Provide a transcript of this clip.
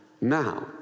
now